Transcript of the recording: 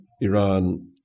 Iran